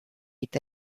est